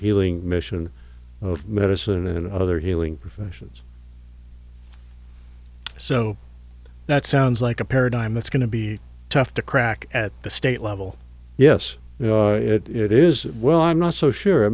healing mission of medicine and other healing professions so that sounds like a paradigm that's going to be tough to crack at the state level yes it is well i'm not so sure